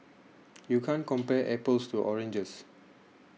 you can't compare apples to oranges